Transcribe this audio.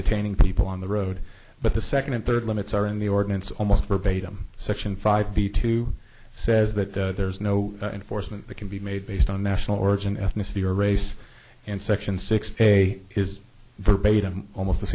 detaining people on the road but the second and third limits are in the ordinance almost verbatim section five b two says that there is no enforcement that can be made based on national origin ethnicity or race and section six a is verbatim almost the